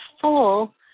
full